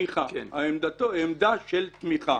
עמדה של תמיכה.